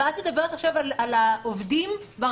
אבל את מדברת עכשיו על עובדים ברשות המקומית דווקא.